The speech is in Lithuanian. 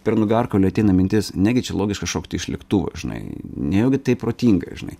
per nugarkaulį ateina mintis negi čia logiška šokti iš lėktuvo žinai nejaugi tai protinga žinai